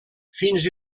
fins